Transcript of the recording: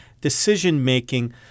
decision-making